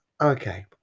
Okay